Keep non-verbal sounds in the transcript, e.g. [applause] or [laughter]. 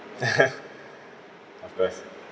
[laughs] of course